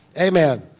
Amen